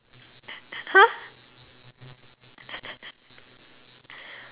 !huh!